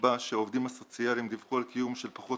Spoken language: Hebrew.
נקבע שהעובדים הסוציאליים דיווחו על קיום של פחות